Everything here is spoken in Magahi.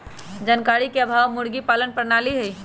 जानकारी के अभाव मुर्गी पालन प्रणाली हई